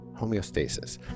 homeostasis